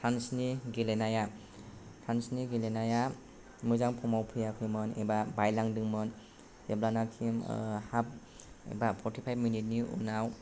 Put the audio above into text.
फ्रान्सनि गेलेनाया मोजां फर्माव फैयाखैमोन एबा बायलांदोंमोन जेब्लानोखि हाफ एबा फर्टि फाइभ मिनिटनि उनाव